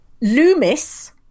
Loomis